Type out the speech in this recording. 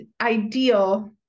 ideal